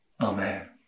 Amen